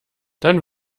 dann